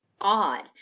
odd